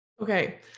Okay